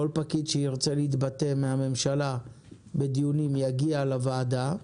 כל פקיד ממשלה שירצה להתבטא בדיונים יגיע לוועדה.